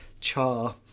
char